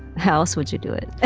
how else would you do it?